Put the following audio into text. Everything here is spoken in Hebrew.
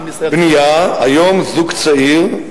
היום זוג צעיר,